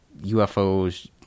UFOs